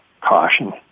caution